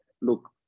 look